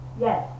Yes